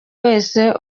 wese